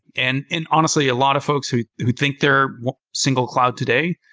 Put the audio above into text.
and and honestly, a lot of folks who who think they're single cloud today,